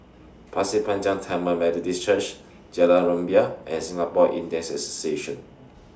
Pasir Panjang Tamil Methodist Church Jalan Rumbia and Singapore Indians Association